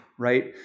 right